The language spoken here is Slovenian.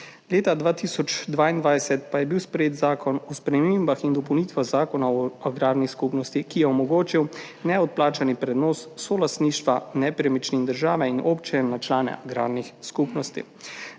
Leta 2022 pa je bil sprejet Zakon o spremembah in dopolnitvah Zakona o agrarni skupnosti, ki je omogočil neodplačan prenos solastništva nepremičnin države in občin na člane agrarnih skupnosti.